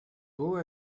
beau